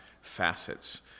facets